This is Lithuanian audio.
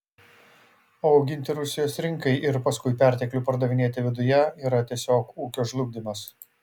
o auginti rusijos rinkai ir paskui perteklių pardavinėti viduje yra tiesiog ūkio žlugdymas